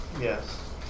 Yes